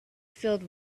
filled